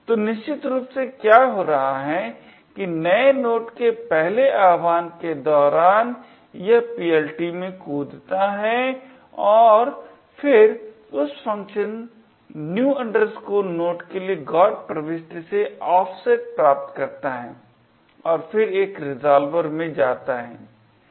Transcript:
तो निश्चित रूप से क्या हो रहा है कि नए नोड के पहले आह्वान के दौरान यह PLT में कूदता है और फिर उस फ़ंक्शन new node के लिए GOT प्रविष्टि से ऑफसेट प्राप्त करता है और फिर एक रिज़ॉल्वर में जाता है